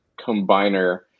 combiner